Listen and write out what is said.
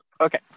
Okay